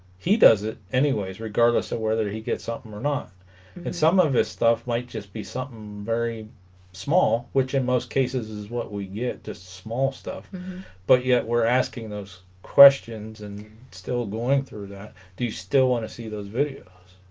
he does it anyways regardless of whether he gets ah um or not and some of his stuff might just be something very small which in most cases is what we get to small stuff but yet we're asking those questions and still going through that do you still want to see those videos